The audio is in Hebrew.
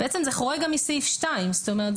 בעצם זה חורג גם מסעיף 2. זאת אומרת,